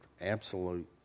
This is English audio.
absolute